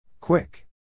Quick